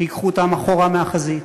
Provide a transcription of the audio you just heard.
שייקחו אותם אחורה מהחזית,